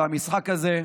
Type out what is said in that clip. והמשחק הזה,